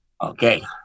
Okay